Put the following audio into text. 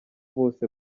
bose